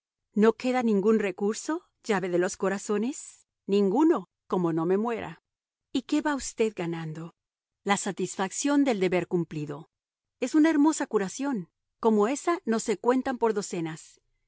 no queda ningún recurso llave de los corazones ninguno como no me muera y qué va usted ganando la satisfacción del deber cumplido es una hermosa curación como ésa no se cuentan por docenas